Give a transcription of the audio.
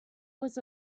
was